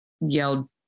yelled